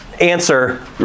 answer